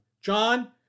John